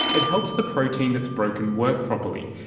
it helps the protein that's broken work properly,